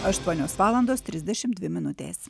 aštuonios valandos trisdešimt dvi minutės